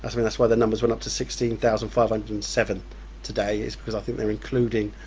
i mean that's why the numbers went up to sixteen thousand five hundred and seven today is because i think they're including